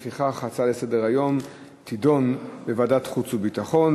לפיכך, ההצעה לסדר-היום תידון בוועדת חוץ וביטחון.